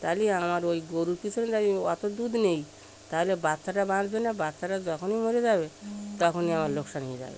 তাহলে আমার ওই গোরুর পিছনে অত দুধ নিই তাহলে বাচ্চাটা বাঁচবে না বাচ্চাটা যখনই মরে যাবে তখনই আমার লোকসান হয়ে যাবে